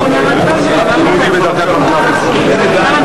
סעיף 5, כהצעת הוועדה,